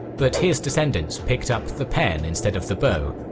but his descendants picked up the pen instead of the bow.